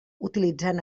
utilitzant